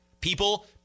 People